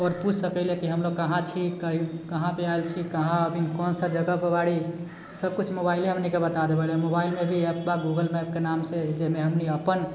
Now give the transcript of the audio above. आओर पूछि सकैले कि हम लोग कहाँ छी कहाँ पर आएल छी कहाँ पर कोनसँ जगह पर बाड़ी सभ किछु मोबाइले हमनिके बता देबैले मोबाइलमे भी अपना गूगल मैपके नाम से ही है जाहिमे हमनि अपन